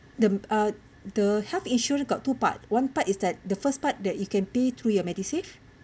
the uh the health insurance got two part one part is that the first part that you can pay through your MediSave